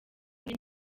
mwe